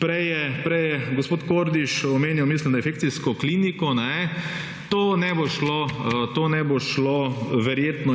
Prej je gospod Kordiš omenjal, mislim da infekcijsko kliniko. To ne bo šlo verjetno